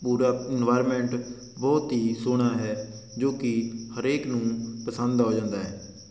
ਪੂਰਾ ਇਨਵਾਇਰਮੈਂਟ ਬਹੁਤ ਹੀ ਸੋਹਣਾ ਹੈ ਜੋ ਕਿ ਹਰੇਕ ਨੂੰ ਪਸੰਦ ਆ ਜਾਂਦਾ ਹੈ